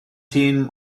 team